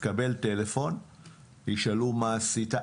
תקבל טלפון וישאלו מה עשית.